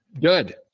good